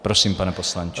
Prosím, pane poslanče.